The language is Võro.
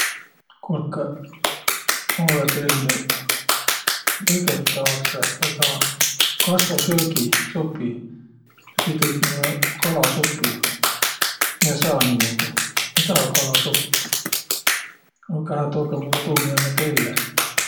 Kuulkõq, ma olõ telnüq vegetaarsõ vai taa kasvosöögisupi, a tiiq tõit mullõ kalasupi. Miö saa niimuudu? Ma ei tahaq kalasuppi. Olkõq hää, toogõq mullõ, miä ma telle.